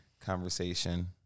conversation